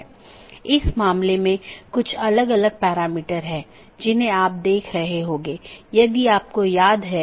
BGP का विकास routing सूचनाओं को एकत्र करने और संक्षेपित करने के लिए हुआ है